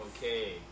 Okay